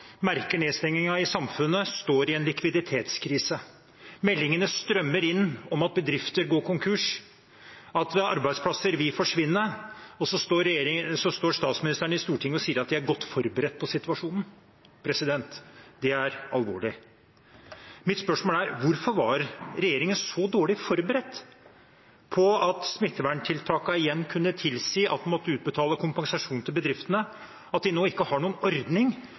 i samfunnet, står i en likviditetskrise. Meldingene strømmer inn om at bedrifter går konkurs, at arbeidsplasser vil forsvinne, og så står statsministeren i Stortinget og sier at de er godt forberedt på situasjonen. Det er alvorlig. Mitt spørsmål er: Hvorfor var regjeringen så dårlig forberedt på at smitteverntiltakene igjen kunne tilsi at en måtte utbetale kompensasjon til bedriftene, at de nå ikke har noen ordning